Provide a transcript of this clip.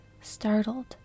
startled